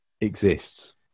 exists